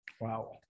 Wow